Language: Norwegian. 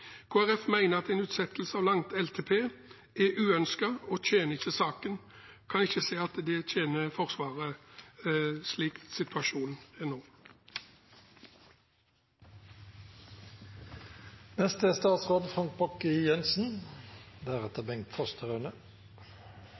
av langtidsplanen er uønsket og ikke tjener saken – og kan heller ikke se at det tjener Forsvaret, slik situasjonen er nå.